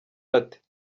ati